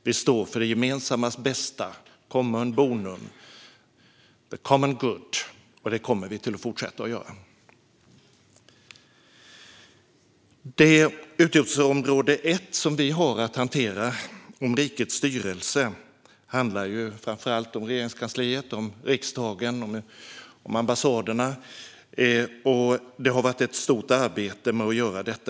Vi står för det gemensammas bästa - commune bonum, the common good - och det kommer vi att fortsätta att göra. Utgiftsområde 1, som vi har att hantera, Rikets styrelse, handlar ju framför allt om Regeringskansliet, riksdagen och ambassaderna. Det har varit ett stort arbete att göra detta.